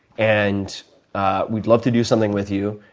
and we'd love to do something with you.